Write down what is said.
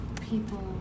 people